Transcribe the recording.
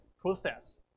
process